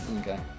Okay